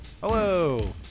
Hello